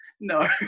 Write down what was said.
No